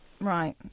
right